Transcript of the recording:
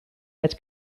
het